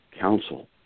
council